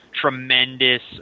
tremendous